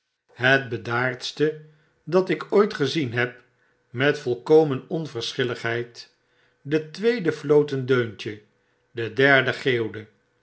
het bedaardste dat ik ooit gezien heb met volkomen onverschilligheid de tweede floot een deuntje dederde geeuwde